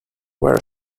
were